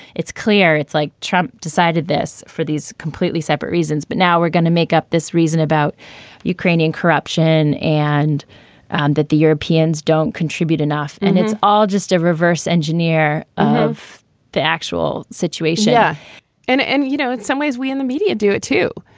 it's clear. it's like trump decided this for these completely separate reasons. but now we're going to make up this reason about ukrainian corruption and and that the europeans don't contribute enough. and it's all just a reverse engineer of the actual situation yeah and and, you know, in some ways, we in the media do it, too.